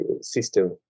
system